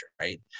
right